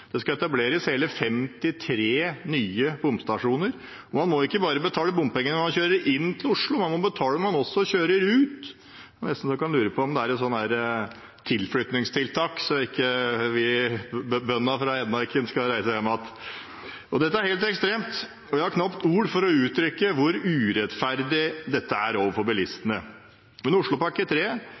det skal etableres hele 53 nye bomstasjoner, og man må ikke bare betale bompenger når man kjører inn til Oslo, man må også betale når man kjører ut. Det er nesten så en kan lure på om dette er et tilflytningstiltak, slik at bøndene fra Hedmarken ikke skal reise hjem igjen. Dette er helt ekstremt, og jeg har knapt ord for å uttrykke hvor urettferdig dette er overfor bilistene. Men Oslopakke